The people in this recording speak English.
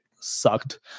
sucked